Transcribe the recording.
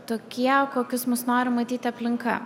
tokie kokius mus nori matyti aplinka